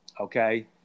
Okay